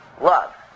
love